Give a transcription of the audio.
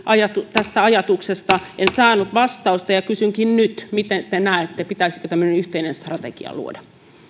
tästä ajatuksesta en saanut vastausta ja kysynkin nyt miten te näette pitäisikö tämmöinen yhteinen strategia luoda